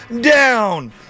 down